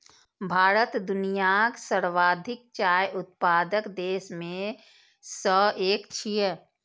भारत दुनियाक सर्वाधिक चाय उत्पादक देश मे सं एक छियै